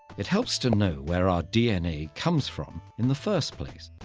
it helps to know where our dna comes from in the first place.